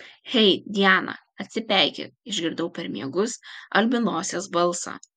hei diana atsipeikėk išgirdau per miegus albinosės balsą